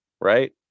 right